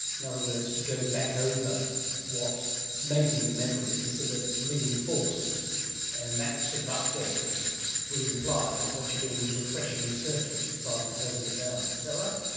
in other words, to go back over what may be the memory so that it's reinforced and that sort of updating would imply that what you're doing is refreshing the circuit rather than closing it down. is that right?